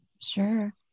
Sure